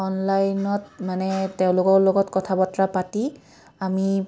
অনলাইনত মানে তেওঁলোকৰ লগত কথা বতৰা পাতি আমি